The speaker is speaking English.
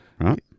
Right